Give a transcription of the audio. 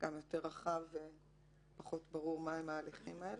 וגם יותר רחב ופחות ברור מהם ההליכים האלה.